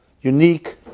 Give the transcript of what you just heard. unique